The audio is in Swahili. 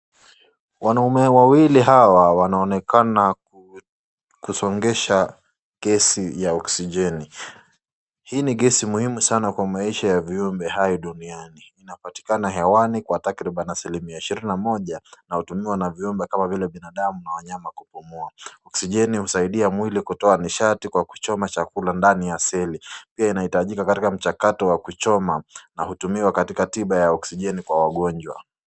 Wanaume wawili hawa wanaonekana kusongesha gesi ya oksijeni. Hii ni gesi muhimu sana kwa viumbe hai duniani inapatikana hewani kwa takribani asilimia ishirini na moja inatumiwa na viumbe kama binadamu na wanyama kupumua. Oksijeni husaidia mwili kutoa nishati kwa kuchoma chakula ndani ya celi pia inahitajika katika mchakato wakati wa kuchoma na tiba ya oksijeni kwa wagonjwa.